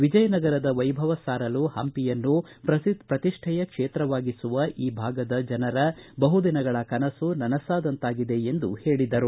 ವಿಜಯನಗರದ ವೈಭವ ಸಾರಲು ಹಂಪಿಯನ್ನು ಪ್ರತಿಷ್ಠೆಯ ಕ್ಷೇತ್ರವಾಗಿಸುವ ಈ ಭಾಗದ ಜನರ ಬಹುದಿನಗಳ ಕನಸು ನನಸಾದಂತಾಗಿದೆ ಎಂದು ಹೇಳಿದರು